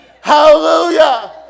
Hallelujah